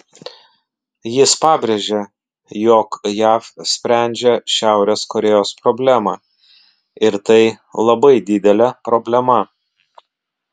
jis pabrėžė jog jav sprendžia šiaurės korėjos problemą ir tai labai didelė problema